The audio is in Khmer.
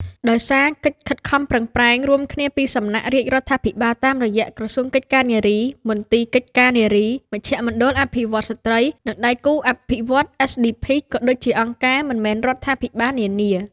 ដោយសារកិច្ចខិតខំប្រឹងប្រែងរួមគ្នាពីសំណាក់រាជរដ្ឋាភិបាលតាមរយៈ ក្រសួងកិច្ចការនារី មន្ទីរកិច្ចការនារី មជ្ឈមណ្ឌលអភិវឌ្ឍន៍ស្ត្រី និងដៃគូអភិវឌ្ឍន៍ SDP ក៏ដូចជាអង្គការមិនមែនរដ្ឋាភិបាលនានា។